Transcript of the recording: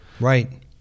Right